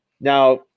Now